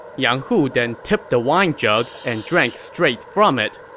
yang hu then tipped the wine jug and drank straight from it.